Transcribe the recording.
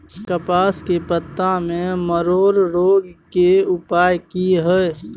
कपास के पत्ता में मरोड़ रोग के उपाय की हय?